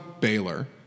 Baylor